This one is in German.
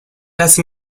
lasse